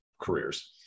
careers